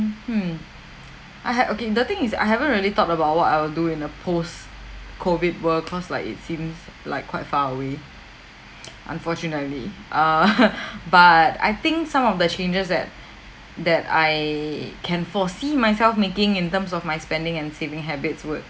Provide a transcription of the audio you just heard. mmhmm I had okay the thing is I haven't really thought about what I would do in a post COVID world cause like it seems like quite far away unfortunately uh but I think some of the changes that that I can foresee myself making in terms of my spending and saving habits would